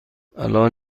الان